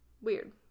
weird